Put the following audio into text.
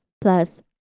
plus